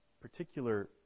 particular